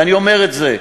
ואני אומר את זה,